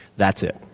that's it.